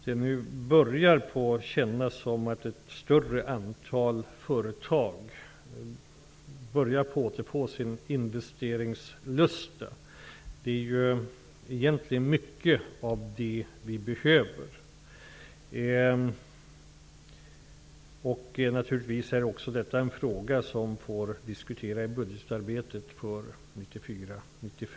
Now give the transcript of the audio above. Det börjar nu kännas som om ett större antal företag börjar återfå sin investeringslusta. Det är mycket av det vi behöver. Detta är naturligtvis också en fråga som vi får diskutera i budgetarbetet för 1994/95.